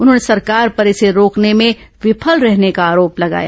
उन्होंने सरकार पर इसे रोकने में विफल रहने का आरोप लगाया